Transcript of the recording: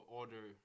order